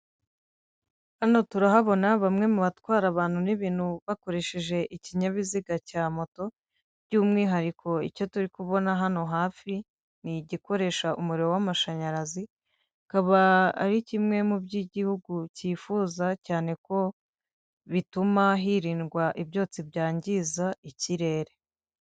Hano turahabona bamwe mu batwara abantu n'ibintu bakoresheje ikinyabiziga cya moto by'umwihariko icyo turi kubona hano hafi, ni igikoresha umuriro w'amashanyarazi, akaba ari kimwe mu byo igihugu cyifuza cyane ko bituma hirindwa ibyotsi byangiza ikirere.